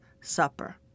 supper